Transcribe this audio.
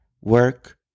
work